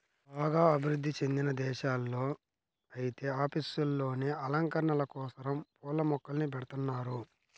బాగా అభివృధ్ధి చెందిన దేశాల్లో ఐతే ఆఫీసుల్లోనే అలంకరణల కోసరం పూల మొక్కల్ని బెడతన్నారు